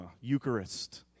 eucharist